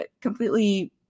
completely